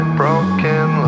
broken